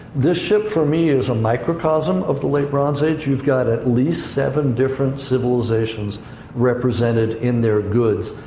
this ship for me is a microcosm of the late bronze age. you've got at least seven different civilizations represented in their goods,